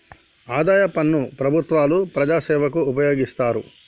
ఆదాయ పన్ను ప్రభుత్వాలు ప్రజాసేవకు ఉపయోగిస్తారు